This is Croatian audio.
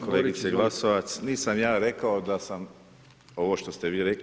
Kolegice GLasovac, nisam ja rekao da sam ovo što ste vi rekli.